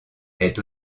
est